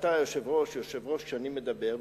אתה היושב-ראש כשאני מדבר,